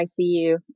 ICU